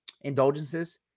indulgences